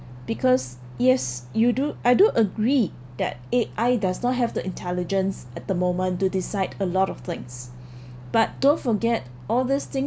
because yes you do I do agree that A_I does not have the intelligence at the moment to decide a lot of things but don't forget all this things